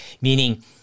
meaning